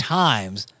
times